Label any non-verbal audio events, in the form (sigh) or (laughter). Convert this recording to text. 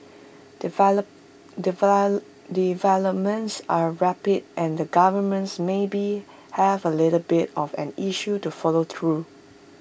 develop (unintelligible) developments are rapid and the governments maybe have A little bit of an issue to follow through